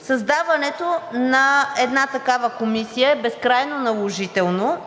създаването на една такава комисия е безкрайно наложително,